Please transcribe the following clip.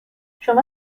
شما